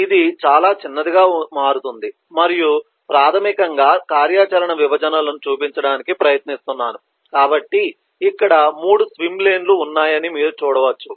ఇది చాలా చిన్నదిగా మారుతుంది మరియు ప్రాథమికంగా కార్యాచరణ విభజనలను చూపించడానికి ప్రయత్నిస్తున్నాను కాబట్టి ఇక్కడ 3 స్విమ్ లేన్ లు ఉన్నాయని మీరు చూడవచ్చు